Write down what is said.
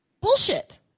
bullshit